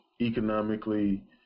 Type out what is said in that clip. economically